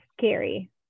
scary